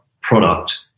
product